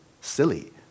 silly